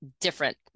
different